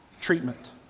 treatment